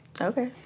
Okay